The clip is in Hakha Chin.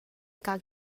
kaa